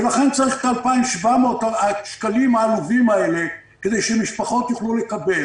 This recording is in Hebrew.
ולכן צריך את ה-2,700 השקלים העלובים האלה כדי שמשפחות יוכלו לקבל.